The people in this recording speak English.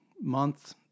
month